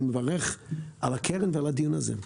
אני מברך על הקרן ועל הדיון הזה.